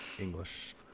English